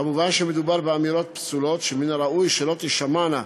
כמובן שמדובר באמירות פסולות שמן הראוי שלא תישמענה במגרשים,